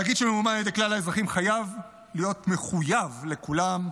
תאגיד שממומן על ידי כלל האזרחים חייב להיות מחויב לכולם,